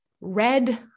red